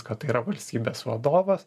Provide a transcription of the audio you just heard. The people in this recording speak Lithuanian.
kad yra valstybės vadovas